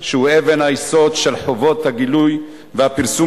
שהוא אבן היסוד של חובות הגילוי והפרסום